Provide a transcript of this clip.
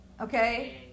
Okay